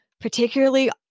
particularly